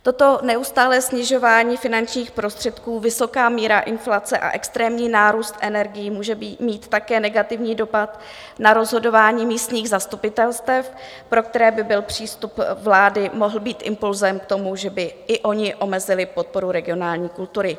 Toto neustálé snižování finančních prostředků, vysoká míra inflace a extrémní nárůst energií můžou mít také negativní dopad na rozhodování místních zastupitelstev, pro která by přístup vlády mohl být impulsem k tomu, že by i oni omezili podporu regionální kultury.